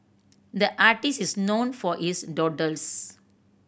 the artist is known for his doodles